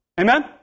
amen